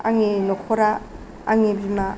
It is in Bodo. आंनि न'खरा आंनि बिमा